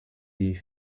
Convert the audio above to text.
die